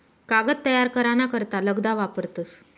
कागद तयार करा ना करता लगदा वापरतस